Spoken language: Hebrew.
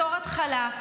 בתור התחלה.